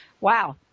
Wow